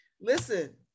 listen